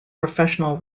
professional